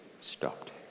stopped